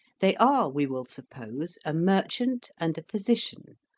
they are, we will suppose, a merchant and a physician,